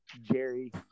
Jerry